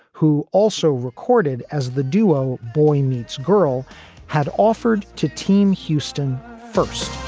who also recorded as the duo boy meets girl had offered to team houston first.